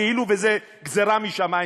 כאילו זו גזירה משמיים.